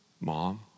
mom